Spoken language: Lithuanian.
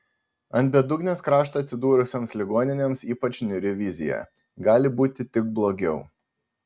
ant bedugnės krašto atsidūrusioms ligoninėms ypač niūri vizija gali būti tik blogiau